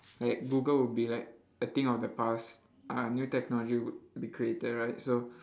like google will be like a thing of the past ah new technology would be created right so